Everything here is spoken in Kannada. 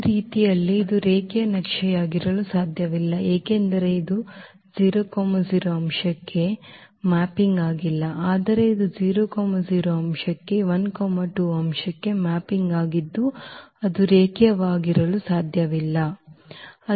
ಈ ರೀತಿಯಲ್ಲಿ ಇದು ರೇಖೀಯ ನಕ್ಷೆಯಾಗಿರಲು ಸಾಧ್ಯವಿಲ್ಲ ಏಕೆಂದರೆ ಇದು 00 ಅಂಶಕ್ಕೆ 00 ಅಂಶಕ್ಕೆ ಮ್ಯಾಪಿಂಗ್ ಆಗಿಲ್ಲ ಆದರೆ ಇದು 00 ಅಂಶಕ್ಕೆ 12 ಅಂಶಕ್ಕೆ ಮ್ಯಾಪಿಂಗ್ ಆಗಿದ್ದು ಅದು ರೇಖೀಯವಾಗಿರಲು ಸಾಧ್ಯವಿಲ್ಲ ನಕ್ಷೆ